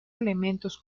elementos